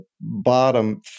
bottom